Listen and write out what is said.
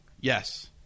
Yes